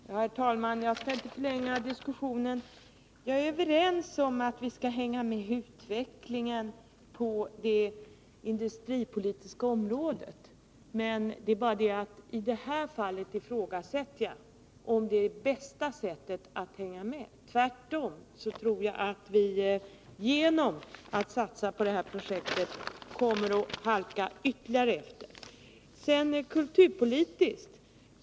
Herr talman! Jag skall inte förlänga diskussionen. Jag håller med om att vi skall hänga med i utvecklingen på det industripolitiska området, men jag ifrågasätter om detta är det bästa sättet att göra det. Tvärtom tror jag att vi genom att satsa på detta projekt kommer att halka efter ytterligare i utvecklingen.